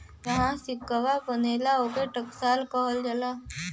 जहाँ सिक्कवा बनला, ओके टकसाल कहल जाला